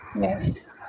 yes